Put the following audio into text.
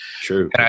True